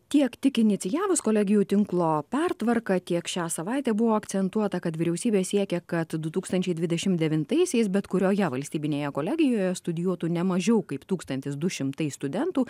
tiek tik inicijavus kolegijų tinklo pertvarką tiek šią savaitę buvo akcentuota kad vyriausybė siekia kad du tūkstančiai dvidešim devintaisiais bet kurioje valstybinėje kolegijoje studijuotų ne mažiau kaip tūkstantis du šimtai studentų